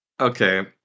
Okay